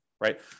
right